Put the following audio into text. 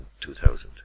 2000